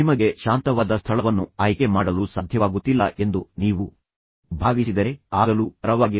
ನಿಮಗೆ ಶಾಂತವಾದ ಸ್ಥಳವನ್ನು ಆಯ್ಕೆ ಮಾಡಲು ಸಾಧ್ಯವಾಗುತ್ತಿಲ್ಲ ಎಂದು ನೀವು ಭಾವಿಸಿದರೆ ಆಗಲೂ ಪರವಾಗಿಲ್ಲ